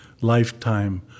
lifetime